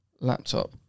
laptop